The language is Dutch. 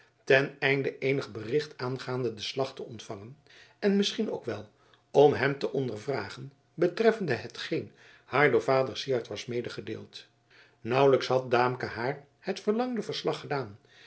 ten einde eenig bericht aangaande den slag te ontvangen en misschien ook wel om hem te ondervragen betreffende hetgeen haar door vader syard was medegedeeld nauwelijks had daamke haar het verlangde verslag gedaan